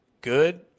Good